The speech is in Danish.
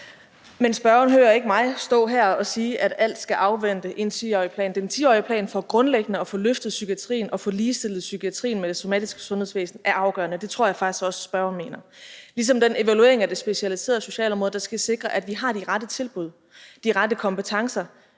Men spørgeren hører ikke mig stå her og sige, at alt skal afvente en 10-årig plan. Den 10-årige plan for grundlæggende at få løftet psykiatrien og få ligestillet psykiatrien med det somatiske sundhedsvæsen er afgørende, og det tror jeg faktisk også spørgeren mener. Ligesom den evaluering af det specialiserede socialområde, der skal sikre, at vi har de rette tilbud, de rette kompetencer